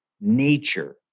nature